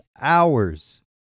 hours